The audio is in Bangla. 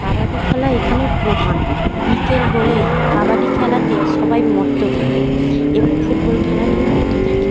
কাবাডি খেলা এখানের প্রধান বিকেল হলেই কাবাডি খেলাতে সবাই মত্ত থাকে এবং ফুটবল খেলা নিয়ে মত্ত থাকে